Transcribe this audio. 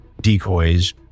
decoys